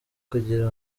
kugira